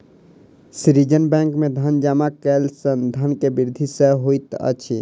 सृजन बैंक में धन जमा कयला सॅ धन के वृद्धि सॅ होइत अछि